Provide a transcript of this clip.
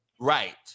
right